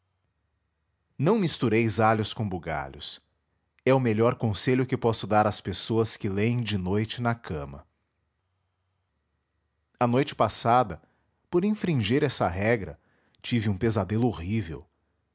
não mistureis alhos com bugalhos é o melhor conselho que posso dar às pessoas que lêem de noite na cama a noite passada por infringir essa regra tive um pesadelo horrível